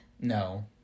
No